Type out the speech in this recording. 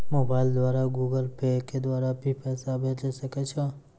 Mobile द्वारा Google Pay के द्वारा भी पैसा भेजै सकै छौ?